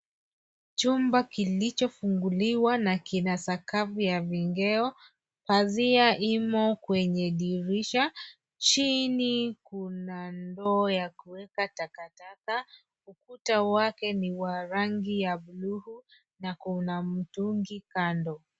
Chumba kilichofunguliwa na kina sakafu ya vigae. Pazia imo kwenye dirisha. Chini kuna ndoo ya kuweka takataka. Ukuta wake ni wa rangi ya buluu na kuna mtungi kando.